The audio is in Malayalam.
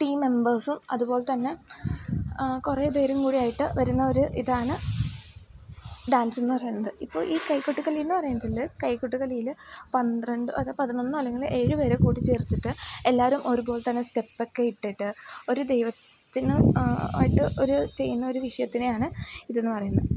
ടീം മെമ്പേഴ്സും അതുപോലെതന്നെ കുറേപേരും കൂടിയായിട്ട് വരുന്ന ഒരു ഇതാണ് ഡാൻസെന്നു പറയുന്നത് ഇപ്പോൾ ഈ കൈകൊട്ടി കളിയെന്നു പറയുന്നതിൽ കൈകൊട്ടി കളിയിൽ പന്ത്രണ്ട് അതോ പതിനൊന്നോ അല്ലെങ്കിൽ ഏഴുപേരെ കൂട്ടി ചേർത്തിട്ട് എല്ലാവരും ഒരുപോലെ തന്നെ സ്റ്റെപ്പൊക്കെ ഇട്ടിട്ട് ഒരു ദൈവത്തിന് ആയിട്ട് ഒരു ചെയ്യുന്ന ഒരു വിഷയത്തിനെയാണ് ഇതെന്നു പറയുന്നത്